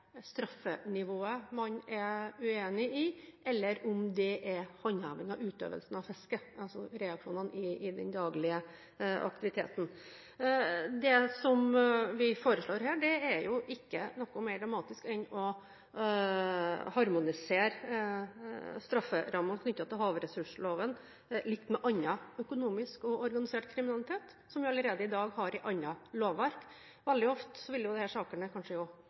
utøvelsen av fisket – reaksjonene i den daglige aktiviteten. Det vi foreslår her, er ikke noe mer dramatisk enn å harmonisere strafferammene knyttet til havressursloven litt med annen økonomisk og organisert kriminalitet, som vi allerede i dag har i annet lovverk. Veldig ofte vil disse sakene kanskje